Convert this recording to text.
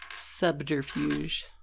subterfuge